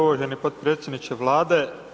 Uvaženi potpredsjedniče Vlade.